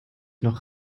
noch